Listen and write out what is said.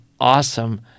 awesome